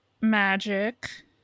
Magic